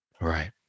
Right